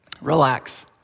relax